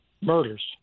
murders